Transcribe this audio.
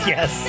Yes